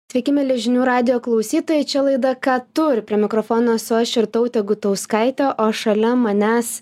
sveiki mieli žinių radijo klausytojai čia laida ką tu ir prie mikrofono aš ir irtautė gutauskaitė o šalia manęs